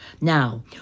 Now